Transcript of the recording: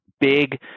big